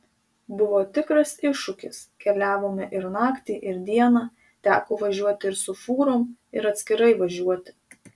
buvo tikras iššūkis keliavome ir naktį ir dieną teko važiuoti ir su fūrom ir atskirai važiuoti